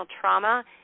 trauma